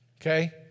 Okay